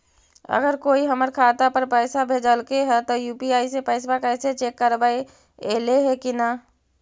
अगर कोइ हमर खाता पर पैसा भेजलके हे त यु.पी.आई से पैसबा कैसे चेक करबइ ऐले हे कि न?